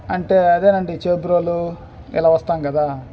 అంటే అదేనండి చేబ్రోలు ఇలా వస్తాం కదా